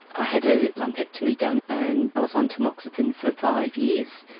i had a lumpectomy done and i was on tamoxifen for five years,